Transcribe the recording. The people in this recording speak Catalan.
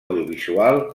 audiovisual